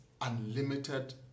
unlimited